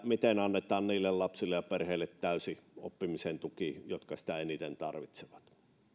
miten annetaan niille lapsille ja perheille täysi oppimisen tuki jotka sitä eniten tarvitsevat